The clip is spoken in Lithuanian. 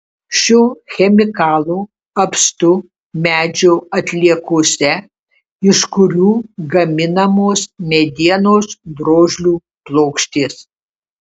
šio chemikalo apstu medžio atliekose iš kurių gaminamos medienos drožlių plokštės